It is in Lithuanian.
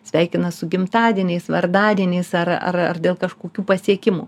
sveikina su gimtadieniais vardadieniais ar ar dėl kažkokių pasiekimų